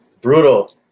brutal